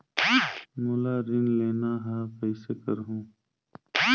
मोला ऋण लेना ह, कइसे करहुँ?